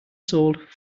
sold